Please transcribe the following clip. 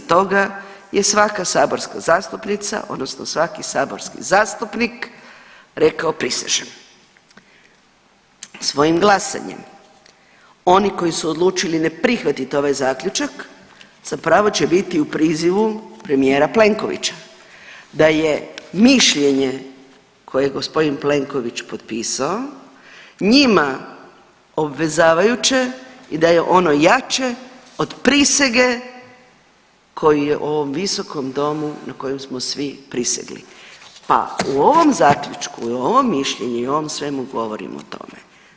Iza toga je svaka saborska zastupnica odnosno svaki saborski zastupnik rekao „Prisežem.“. svojim glasanjem, oni koji su odlučili ne prihvatiti ovaj Zaključak zapravo će biti u prizivu premijera Plenkovića, da je mišljenje koje je g. Plenković potpisao njima obvezavajuće i da je ono jače od prisege koju je ovom Visokom domu na kojem smo svi prisegli pa u ovom Zaključku i u ovom Mišljenju i ovom svemu govorim o tome.